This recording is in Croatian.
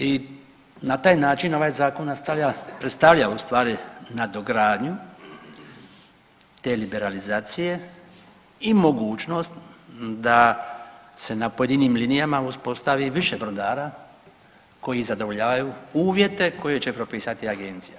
I na taj način ovaj zakon predstavlja u stvari nadogradnju te liberalizacije i mogućnost da se na pojedinim linijama uspostavi više brodara koji zadovoljavaju uvjete koje će propisati agencija.